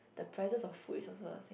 the prices of food is also a